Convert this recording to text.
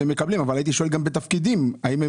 אבל הייתי שואל גם מה התפקידים שלהם.